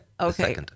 Okay